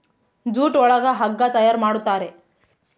jute ಒಳಗ ಹಗ್ಗ ತಯಾರ್ ಮಾಡುತಾರೆ